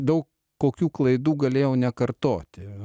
daug kokių klaidų galėjau nekartoti